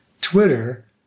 Twitter